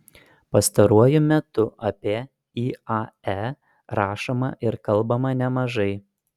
pastaruoju metu apie iae rašoma ir kalbama nemažai